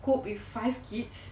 cope with five kids